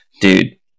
dude